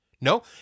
No